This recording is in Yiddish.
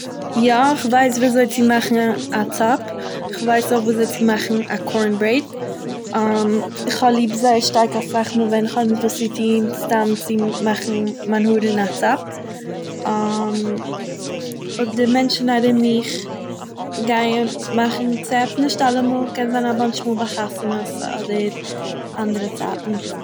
יא, איך ווייס ווי אזוי צו מאכן א צאפ, איך ווייס אויך ווי אזוי צו מאכן א קארן-ברעיד, איך האב ליב זייער שטארק אסאך מאהל ווען איך הא'נישט וואס צו טוהן סתם צו מאכן מיין האר אין א צאפ, - אויב די מענטשען ארום מיך גייען מאכן צעפ נישט אלע מאהל, קען זיין א באוינטש מאל ביי חתונות אדער אנדערע צייטן.